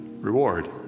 reward